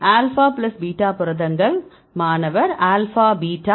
alpha plus beta புரதங்கள் மாணவர் alpha beta